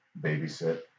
babysit